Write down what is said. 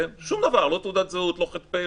כלומר שום דבר לא תעודת-זהות ולא כלום.